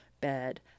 bed